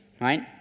right